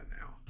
now